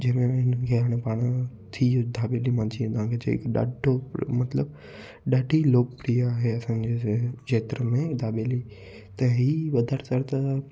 जंहिंमें इन्हनि खे आहे न पाण थी वियो दाबेली मां जीअं तव्हांखे चयईंं की ॾाढो मतिलबु ॾाढी लोकप्रिय आहे असांजे खेत्र में दाबेली त हीअ वधीकतर त